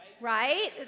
Right